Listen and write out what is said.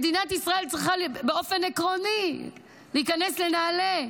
מדינת ישראל צריכה באופן עקרוני להיכנס לנעלי,